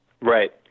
Right